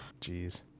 jeez